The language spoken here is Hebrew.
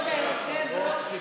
כבוד היושב-ראש,